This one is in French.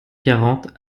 quarante